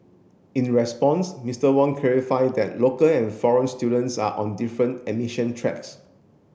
in response Mister Wong clarify that local and foreign students are on different admission tracks